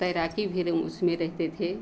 तैराकी भिरिंग उसमें रहते थे